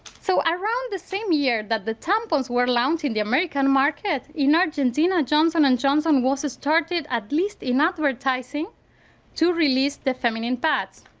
so around the same year that the tampons were launched in the american market. in argentina johnson and johnson was started at least in advertising to release the feminine pads.